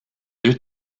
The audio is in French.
deux